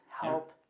help